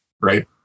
right